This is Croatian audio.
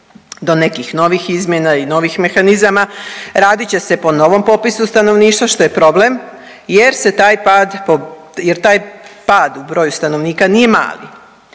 do nekih novih izmjena i novih mehanizama radit će se po novom popisu stanovništva što je problem jer se taj pad po, jer taj pad u broju stanovnika nije mali.